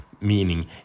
meaning